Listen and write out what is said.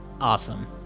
Awesome